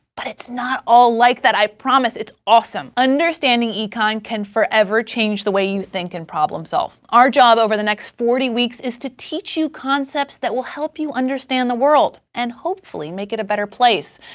but it's not all like that i promise! it's awesome. understanding econ can forever change the way you think and problem-solve. our job over the next forty weeks is to teach you concepts that will help you understand the world, and hopefully make it a better place.